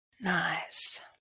Nice